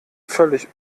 völlig